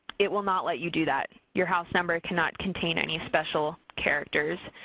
it will not let you do that. your house number cannot contain any special characters,